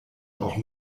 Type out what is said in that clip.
auch